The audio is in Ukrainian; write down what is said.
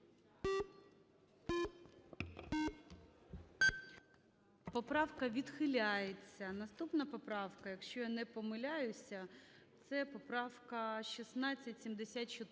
Поправка відхиляється. Наступна поправка, якщо я не помиляюся, це поправка 1674